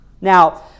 Now